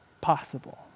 possible